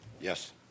Yes